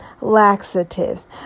laxatives